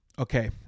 Okay